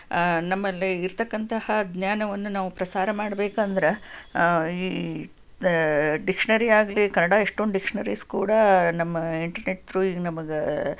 ನಮ್ಮಲ್ಲಿ ಇರತಕ್ಕಂತಹ ಜ್ಞಾನವನ್ನು ನಾವು ಪ್ರಸಾರ ಮಾಡ್ಬೇಕಂದ್ರೆ ಈ ಡಿಕ್ಷ್ನರಿ ಆಗಲಿ ಕನ್ನಡ ಎಷ್ಟೊಂದು ಡಿಕ್ಷ್ನರೀಸ್ ಕೂಡ ನಮ್ಮ ಇಂಟರ್ನೆಟ್ ತ್ರೂ ಈಗ ನಮಗೆ